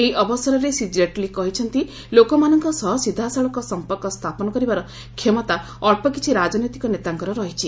ଏହି ଅବସରରେ ଶ୍ରୀ ଜେଟ୍ଲୀ କହିଛନ୍ତି ଲୋକମାନଙ୍କ ସହ ସିଧାସଳଖ ସମ୍ପର୍କ ସ୍ଥାପନ କରିବାର କ୍ଷମତା ଅଳ୍ପ କିଛି ରାଜନୈତିକ ନେତାଙ୍କର ରହିଛି